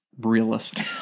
realist